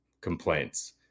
complaints